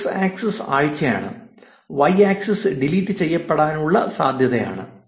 X axis ആഴ്ചയാണ് Y axis delete ചെയ്യപ്പെടാൻ ഉള്ള സാധ്യതയാണ്